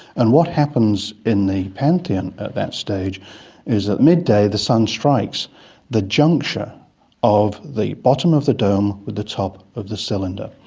and what happens in the pantheon at that stage is that at midday the sun strikes the juncture of the bottom of the dome with the top of the cylinder.